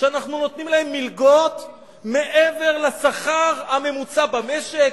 כשאנחנו נותנים להם מלגות מעבר לשכר הממוצע במשק,